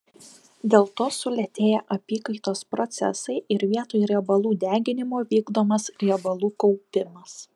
dėl to sulėtėja apykaitos procesai ir vietoj riebalų deginimo vykdomas riebalų kaupimas